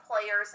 players